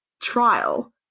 trial